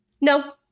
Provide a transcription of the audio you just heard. No